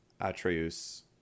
atreus